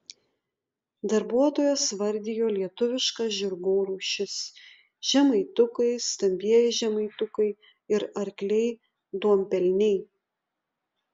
darbuotojas vardijo lietuviškas žirgų rūšis žemaitukai stambieji žemaitukai ir arkliai duonpelniai